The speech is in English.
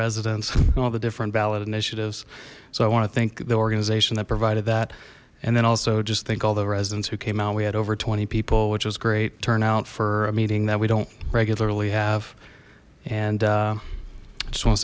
residents all the different ballot initiatives so i want to thank the organization that provided that and then also just think all the residents who came out we had over twenty people which was great turnout for a meeting that we don't regularly have and